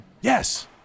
Yes